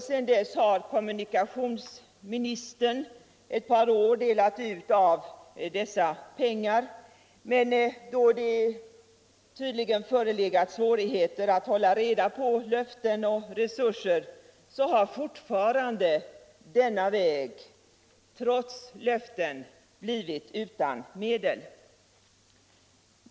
Sedan dess har kommunikationsministern ett par år delat ut av dessa pengar, men då det tydligen förelegat svårigheter att hålla reda på löften och resurser, har denna väg trots löften fortfarande blivit utan medel.